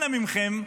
אנא מכן,